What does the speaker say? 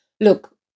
look